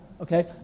okay